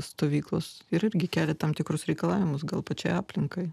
stovyklos ir irgi kelia tam tikrus reikalavimus gal pačiai aplinkai